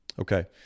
okay